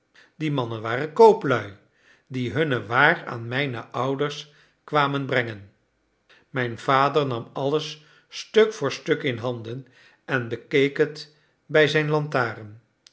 die mannen waren kooplui die hunne waar aan mijne ouders kwamen brengen mijn vader nam alles stuk voor stuk in handen en bekeek het bij zijn lantaarn